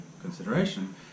consideration